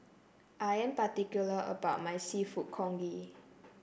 I'm particular about my seafood Congee